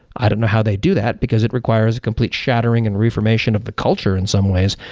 i don't know how they do that, because it requires complete shattering and reaffirmation of the culture in some ways,